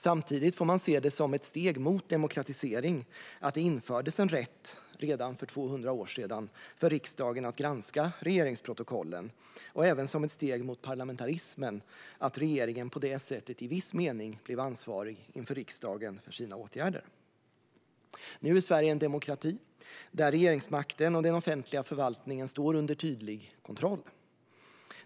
Samtidigt får man se det som ett steg mot demokratisering att det redan för 200 år sedan infördes en rätt för riksdagen att granska regeringsprotokollen och även som ett steg mot parlamentarismen att regeringen på det sättet i viss mening blev ansvarig inför riksdagen för sina åtgärder. Nu är Sverige en demokrati där regeringsmakten och den offentliga förvaltningen står under tydlig kontroll.